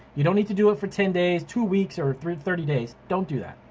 you don't need to do it for ten days, two weeks, or thirty days. don't do that.